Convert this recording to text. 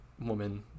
woman